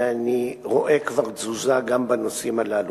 ואני רואה כבר תזוזה בנושאים הללו.